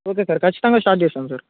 okay sir ఖచ్చితంగా start చేస్తాం sir